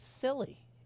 silly